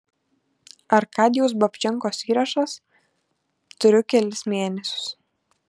arkadijaus babčenkos įrašas turiu kelis mėnesius